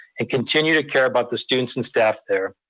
ah continue to care about the students and staff there.